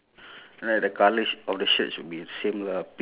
then on the left